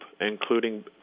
including